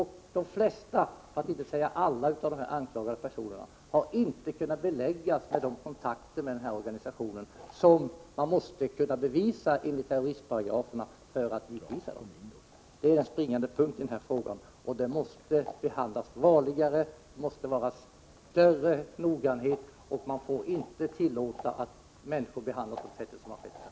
I de flesta fall, för att inte säga alla, har det inte kunnat beläggas att de anklagade har haft kontakter med denna organisation, vilket enligt terroristparagrafen måste bevisas för att de skall kunna utvisas. Det är den springande punkten i denna fråga. Dessa ärenden måste behandlas varligare, med större noggrannhet, och det får inte vara tillåtet att behandla människor på det sätt som här har skett.